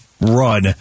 run